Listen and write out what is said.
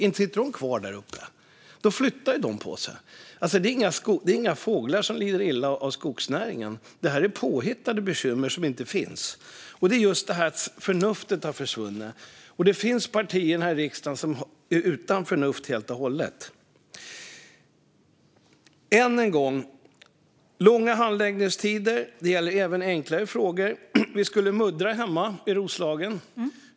Inte sitter de kvar där uppe! De flyttar på sig. Det är inga fåglar som lider illa av skogsnäringen. Det här är påhittade bekymmer som inte finns. Det är just det här det handlar om. Förnuftet har försvunnit. Det finns också partier här i riksdagen som är helt och hållet utan förnuft. Än en gång - det är långa handläggningstider. Det gäller även enklare frågor. Vi skulle muddra hemma i Roslagen.